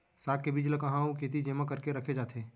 साग के बीज ला कहाँ अऊ केती जेमा करके रखे जाथे?